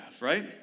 right